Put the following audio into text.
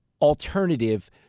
alternative